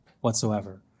whatsoever